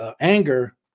anger